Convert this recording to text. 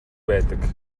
байдаг